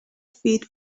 feed